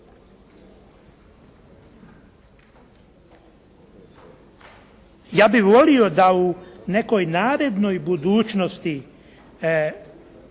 Ja bih volio da u nekoj narednoj budućnosti